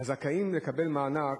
בזכאים לקבל מענק: